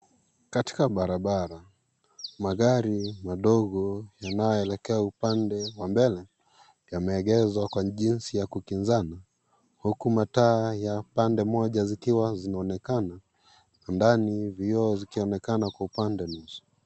Katika barabara magari madogo yanayoelekea upande ya mbele upande wa mbele yameegeshwa kwa jinsi ya kukinzana huku mataa ya pande moja zikiwa zinaonekana na ndani vioo zikionekana kwa upande nusu.